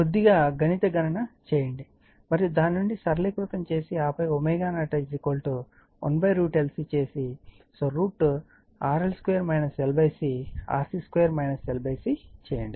కొద్దిగా గణిత గణన చేయండి మరియు దాని నుండి సరళీకృతం చేసి ఆపై ω0 1√LC చేసి √ RL 2 LC RC 2 L C చేయండి